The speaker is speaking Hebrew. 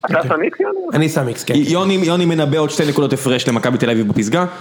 אתה שם איקס יוני? אני שם איקס, כן. יוני מנבא עוד שתי נקודות הפרש למכבי תל אביב בפסגה.